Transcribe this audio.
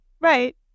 Right